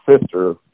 sister